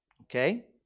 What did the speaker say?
okay